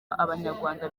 abanyarwanda